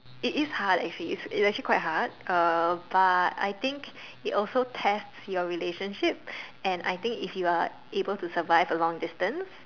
it is hard actually it's it is actually quite hard uh but I think it also test your relationship and I think if you are able to survive a long distance